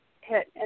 hit